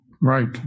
Right